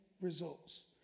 results